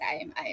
time